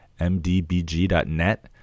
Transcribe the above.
mdbg.net